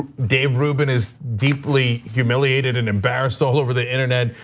dave rubin is deeply humiliated and embarrassed all over the internet.